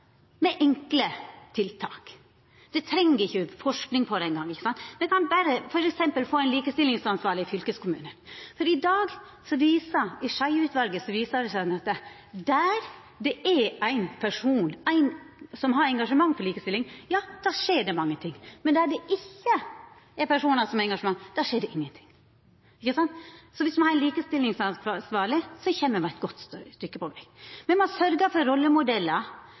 med enkle tiltak. Me treng ikkje forsking på det eingong. Me kan berre f.eks. få ein likestillingsansvarleg i fylkeskommunane. Ifølgje Skjeie-utvalet viser det seg at der det er ein person som har engasjement for likestilling, skjer det mange ting. Men der det ikkje er personar som har engasjement, skjer det ingenting. Så dersom me har ein likestillingsansvarleg, kjem ein eit godt stykke på veg. Me må sørgja for rollemodellar